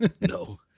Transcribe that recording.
No